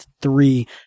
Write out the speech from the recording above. three